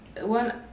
one